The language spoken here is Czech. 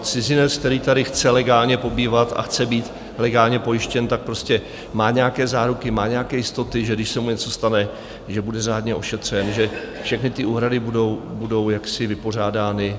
Cizinec, který tady chce legálně pobývat a chce být legálně pojištěn, tak prostě má nějaké nároky, má nějaké jistoty, že když se mu něco stane, že bude řádně ošetřen, že všechny ty úhrady budou vypořádány.